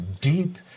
deep